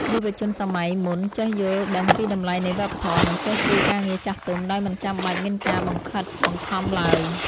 យុវជនសម័យមុនចេះយល់ដឹងពីតម្លៃនៃវប្បធម៌ និងចេះជួយការងារចាស់ទុំដោយមិនចាំបាច់មានការបង្ខិតបង្ខំឡើយ។